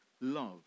love